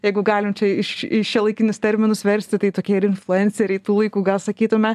jeigu galim čia į į šiuolaikinius terminus versti tai tokie ir influenceriai tų laikų gal sakytume